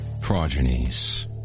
Progenies